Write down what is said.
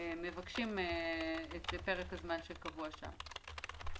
מבקשים את פרק הזמן שקבוע שם.